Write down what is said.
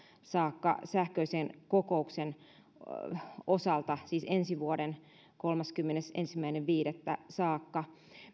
saakka sähköisten kokousten osalta siis ensi vuoden kolmaskymmenesensimmäinen viidettä saakka